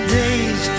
days